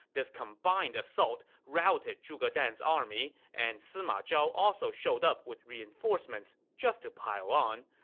this combined assault routed zhuge dan's army, and sima zhao also showed up with reinforcements, just to pile on.